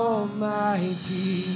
Almighty